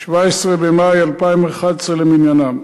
17 במאי 2011 למניינם.